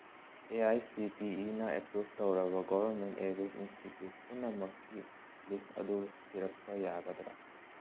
A I C T ꯏꯅ approve ꯇꯧꯔꯕ government aided institute ꯄꯨꯝꯅꯃꯛꯀꯤ ꯂꯤꯁ ꯑꯗꯨ ꯊꯤꯔꯛꯄ ꯌꯥꯒꯗ꯭ꯔꯥ